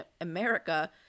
America